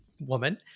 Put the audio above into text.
woman